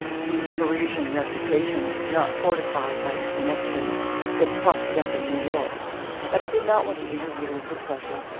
whose parisian reputation was not fortified by the connections that propped it up in new york but he did not want to interfere with her pleasure,